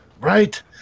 Right